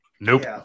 nope